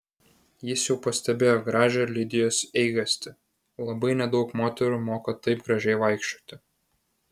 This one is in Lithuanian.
jis jau pastebėjo gražią lidijos eigastį labai nedaug moterų moka taip gražiai vaikščioti